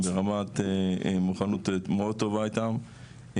ברמת מוכנות מאוד טובה איתם,